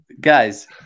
guys